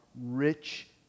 rich